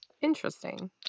Interesting